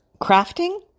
crafting